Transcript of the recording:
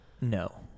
No